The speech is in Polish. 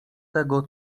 tego